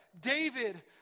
David